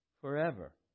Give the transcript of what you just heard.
forever